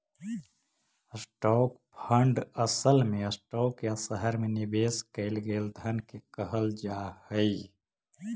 stock fund असल में stock या शहर में निवेश कैल गेल धन के कहल जा हई